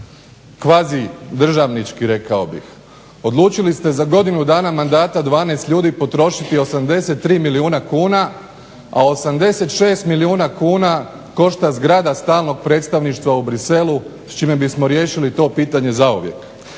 kvazi državnički rekao bih. odlučili ste za godinu dana mandata 12 ljudi potrošiti 83 milijuna kuna, a 86 milijuna kuna košta zgrada stalnog predstavništva u Bruxellesu s čime bismo riješili to pitanje zauvijek.